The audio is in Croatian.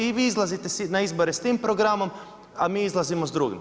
I vi izlazite na izbore s tim programom, a mi izlazimo s drugim.